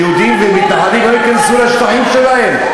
שהיהודים ומתנחלים לא ייכנסו לשטחים שלהם.